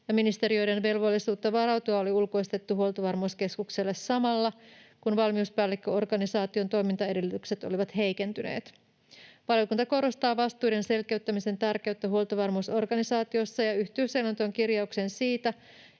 ministeriöiden velvollisuutta varautua oli ulkoistettu Huoltovarmuuskeskukselle samalla, kun valmiuspäällikköorganisaation toimintaedellytykset olivat heikentyneet. Valiokunta korostaa vastuiden selkeyttämisen tärkeyttä huoltovarmuusorganisaatiossa ja yhtyy selonteon kirjaukseen siitä,